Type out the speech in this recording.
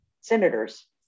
senators